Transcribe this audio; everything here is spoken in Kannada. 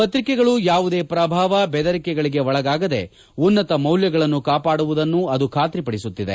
ಪತ್ರಿಕೆಗಳು ಯಾವುದೇ ಪ್ರಭಾವ ಬೆದರಿಕೆಗಳಿಗೆ ಒಳಗಾಗದೆ ಉನ್ನತ ಮೌಲ್ಯಗಳನ್ನು ಕಾಪಾಡುವುದನ್ನು ಅದು ಖಾತರಿಪದಿಸುತ್ತಿದೆ